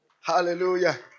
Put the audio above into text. Hallelujah